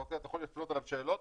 אתה יכול להפנות אליו שאלות,